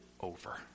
over